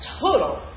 total